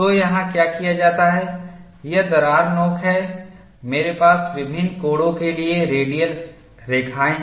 तो यहाँ क्या किया जाता है यह दरार नोक है मेरे पास विभिन्न कोणों के लिए रेडियल रेखाएँ हैं